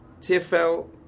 TfL